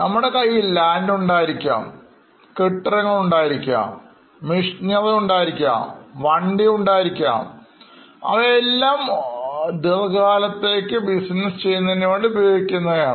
നമ്മുടെ കയ്യിൽലാൻഡ് ഉണ്ടായിരിക്കാംകെട്ടിടങ്ങൾ ഉണ്ടായിരിക്കാം Machinery ഉണ്ടായിരിക്കാം വണ്ടി ഉണ്ടായിരിക്കാം അവയെല്ലാംഒരു ദീർഘകാലത്തേക്ക് ബിസിനസ് ചെയ്യുന്നതിനുവേണ്ടി ഉപയോഗിക്കുന്നവയാണ്